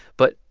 but,